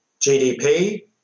GDP